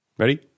Ready